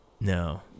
No